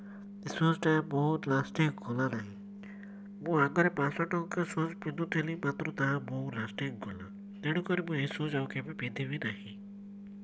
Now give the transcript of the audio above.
ସୁଜ୍ଟା ବହୁତ ଲାଷ୍ଟିଙ୍ଗ୍ କଲା ନାହିଁ ମୁଁ ଆଗରେ ପାଞ୍ଚଶହ ଟଙ୍କା ସୁଜ୍ ପିନ୍ଧୁଥିଲି ମାତ୍ର ତାହା ବହୁ ଲାଷ୍ଟିଙ୍ଗ୍ କଲା ତେଣୁକରି ମୁଁ ଏ ସୁଜ୍ ଆଉ କେବେ ପିନ୍ଧିବି ନାହିଁ